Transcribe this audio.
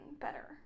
better